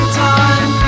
time